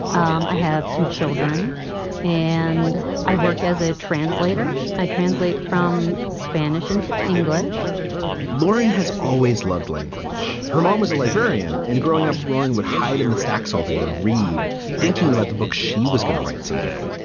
um i have two children and i work as a translator. i translate from spanish and english lauren has always loved language. her mom was librarian and growing up, lauren would hide in the stacks all day and read thinking about the books she was going to write someday.